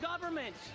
government